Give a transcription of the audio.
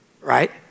right